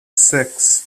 six